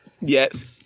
yes